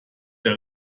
der